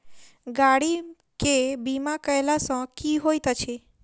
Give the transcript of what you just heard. गाड़ी केँ बीमा कैला सँ की होइत अछि?